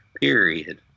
period